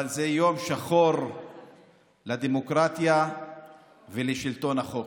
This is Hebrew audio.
אבל זה יום שחור לדמוקרטיה ולשלטון החוק.